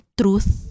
truth